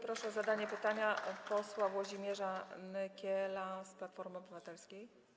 Proszę o zadanie pytania posła Włodzimierza Nykiela z Platformy Obywatelskiej.